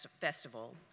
festival